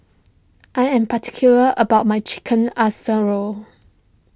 I am particular about my Chicken Ass a Role